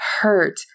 hurt